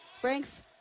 Franks